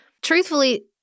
truthfully